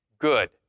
Good